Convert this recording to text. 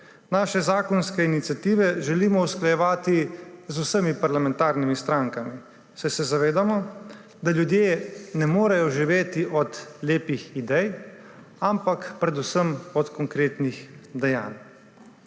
Svoje zakonske iniciative želimo usklajevati z vsemi parlamentarnimi strankami, saj se zavedamo, da ljudje ne morejo živeti od lepih idej, ampak predvsem od konkretnih dejanj.